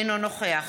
אינו נוכח